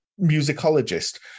musicologist